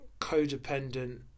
codependent